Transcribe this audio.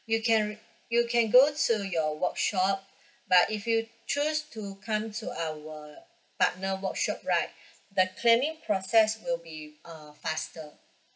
you can you can to you workshop but if you choose to come to our partnered workshop right the claiming process will be uh faster